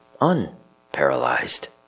unparalyzed